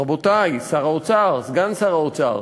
רבותי, שר האוצר, סגן שר האוצר,